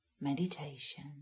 meditation